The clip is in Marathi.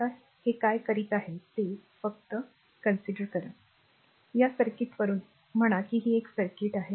आता हे काय करीत आहे ते फक्त r धरा हे काय करीत आहेत की या सर्किटवरून r म्हणा की ही सर्किट आहे